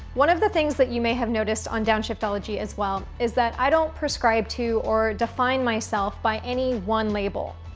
one of the things that you may have noticed on downshiftology as well, is that i don't prescribe to or define myself by any one label.